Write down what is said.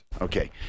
Okay